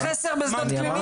יש מחסור בשדות קליניים?